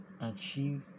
achieve